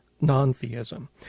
non-theism